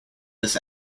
this